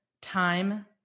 time